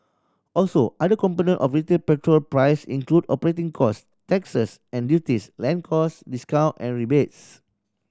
also other component of retail petrol price include operating cost taxes and duties land cost discount and rebates